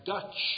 Dutch